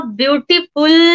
beautiful